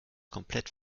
komplett